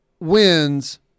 wins